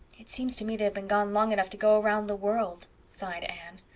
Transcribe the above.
it seems to me they have been gone long enough to go around the world, sighed anne.